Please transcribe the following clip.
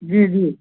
जी जी